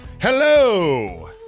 Hello